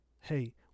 hey